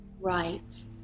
right